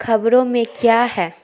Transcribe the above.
خبروں میں کیا ہے